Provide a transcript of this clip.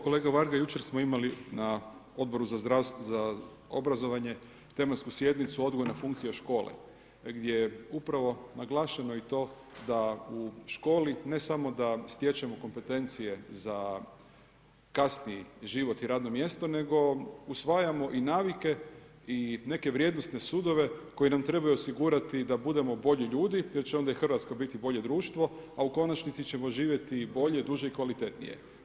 Kolega Varga, jučer smo imali na Odboru za obrazovanje tematsku sjednicu odgojna funkcija škole gdje je upravo naglašeno i to da u školi ne samo da stječemo kompetencije za kasniji život i radno mjesto nego usvajamo i navike i neke vrijednosne sudove koji nam trebaju osigurati da budemo bolji ljudi, jer će onda i Hrvatska biti bolje društvo, a u konačnici ćemo živjeti bolje, duže i kvalitetnije.